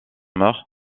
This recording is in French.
meurt